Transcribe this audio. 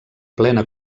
plena